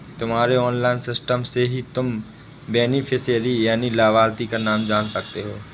तुम्हारे online system से ही तुम बेनिफिशियरी यानि लाभार्थी का नाम जान सकते हो